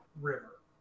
river